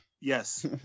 Yes